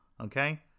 okay